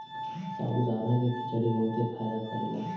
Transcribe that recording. साबूदाना के खिचड़ी बहुते फायदा करेला